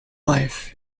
life